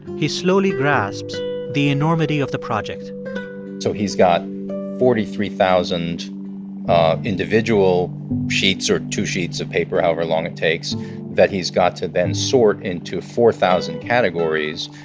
he slowly grasps the enormity of the project so he's got forty three thousand individual sheets or two sheets of paper however long it takes that he's got to then sort into four thousand categories.